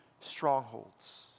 strongholds